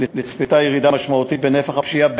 נצפתה ירידה משמעותית בנפח הפשיעה,